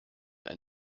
and